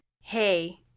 Hey